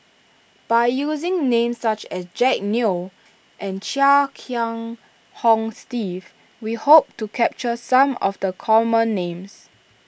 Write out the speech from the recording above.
by using names such as Jack Neo and Chia Kiah Hong Steve we hope to capture some of the common names